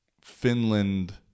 Finland